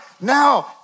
Now